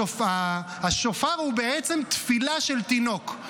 השופר הוא תפילה של תינוק.